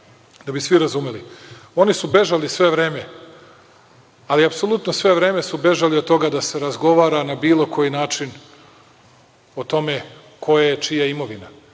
da bi svi razumeli? Oni su bežali sve vreme, ali apsolutno sve vreme su bežali od toga da se razgovara na bilo koji način o tome koja je čija imovina,